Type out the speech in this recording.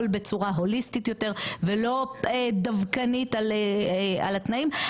בצורה הוליסטית יותר ולא דווקנית על התנאים.